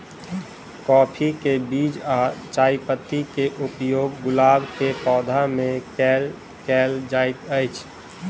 काफी केँ बीज आ चायपत्ती केँ उपयोग गुलाब केँ पौधा मे केल केल जाइत अछि?